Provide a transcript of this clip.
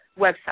website